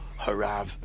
Harav